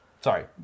sorry